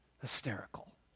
hysterical